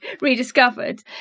rediscovered